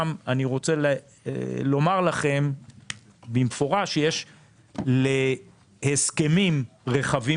אני רוצה לומר לכם במפורש שלהסכמים רחבים